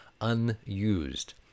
unused